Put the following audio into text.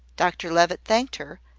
dr levitt thanked her,